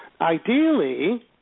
ideally